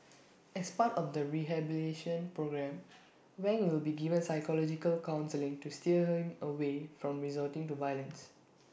as part of the rehabilitation programme Wang will be given psychological counselling to steer him away from resorting to violence